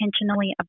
intentionally